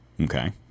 Okay